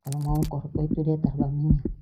kalo mau koropo itu dia tara baminya.